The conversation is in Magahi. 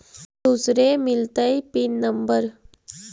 दुसरे मिलतै पिन नम्बर?